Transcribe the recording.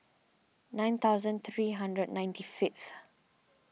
nine thousand three hundred ninety fifth